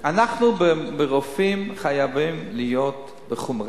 ברופאים אנחנו חייבים להיות בחומרה.